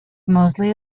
moseley